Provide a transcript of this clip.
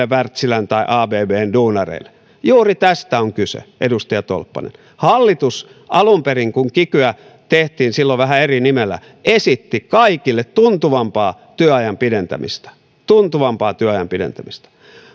wärtsilän tai abbn duunareille juuri tästä on kyse edustaja tolppanen hallitus alun perin kun kikyä tehtiin silloin vähän eri nimellä esitti kaikille tuntuvampaa työajan pidentämistä tuntuvampaa työajan pidentämistä